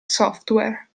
software